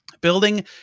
Building